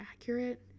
accurate